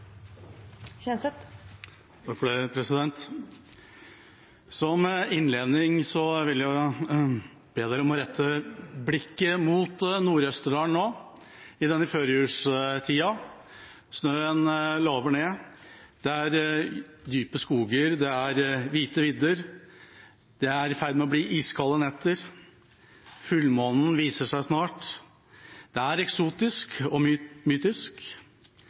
Som innledning vil jeg nå be dere om å rette blikket mot Nord-Østerdalen i denne førjulstida. Snøen laver ned, det er dype skoger, det er hvite vidder, det er i ferd med å bli iskalde netter. Fullmånen viser seg snart. Det er eksotisk og mytisk.